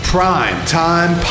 Primetime